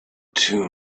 two